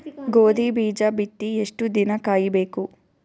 ಗೋಧಿ ಬೀಜ ಬಿತ್ತಿ ಎಷ್ಟು ದಿನ ಕಾಯಿಬೇಕು?